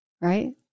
right